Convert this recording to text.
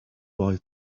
boy